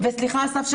וסליחה אסף,